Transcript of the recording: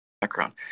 background